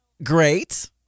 Great